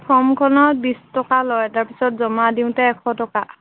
ফৰ্মখনত বিছ টকা লয় তাৰপিছত জমা দিওঁতে এশ টকা